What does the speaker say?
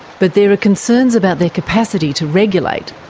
but there are concerns about their capacity to regulate.